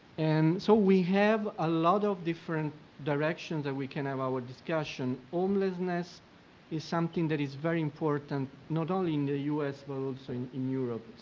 and so we have a lot of different direction that we can have our discussion. homelessness is something that is very important not only in the us, but also so and in europe.